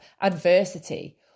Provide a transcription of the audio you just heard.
adversity